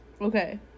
Okay